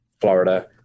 Florida